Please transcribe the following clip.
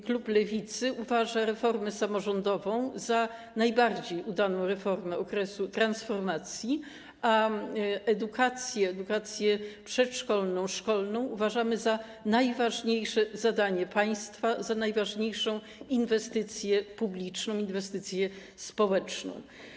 Klub Lewicy uważa reformę samorządową za najbardziej udaną reformę okresu transformacji, a edukację przedszkolną i szkolną za najważniejsze zdanie państwa, za najważniejszą inwestycję publiczną, inwestycję społeczną.